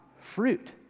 fruit